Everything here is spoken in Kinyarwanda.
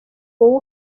wowe